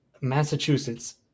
Massachusetts